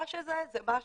מה שזה זה מה שזה,